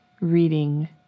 reading